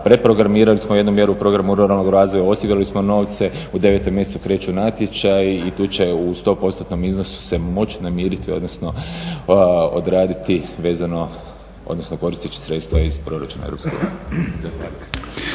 preprogramirali smo jednu mjeru u programu ruralnog razvoja, osigurali smo novce, u 9 mjesecu kreću natječaji i tu će u 100%-tnom iznosu se moći namiriti odnosno odraditi vezano, odnosno koristeći sredstva iz proračuna Europske